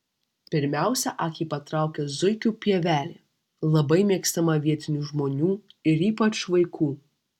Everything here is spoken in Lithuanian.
pirmiausia akį patraukia zuikių pievelė labai mėgstama vietinių žmonių ir ypač vaikų